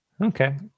Okay